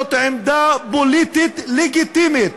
זאת עמדה פוליטית לגיטימית,